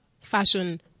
fashion